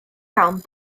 iawn